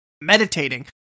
meditating